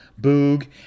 Boog